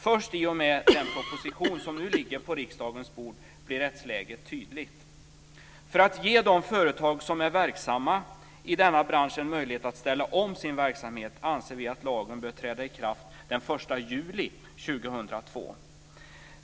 Först i och med den proposition som nu ligger på riksdagens bord blir rättsläget tydligt. För att ge de företag som är verksamma i denna bransch en möjlighet att ställa om sin verksamhet anser vi att lagen bör träda i kraft den 1 juli 2002.